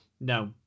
no